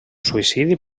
suïcidi